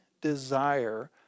desire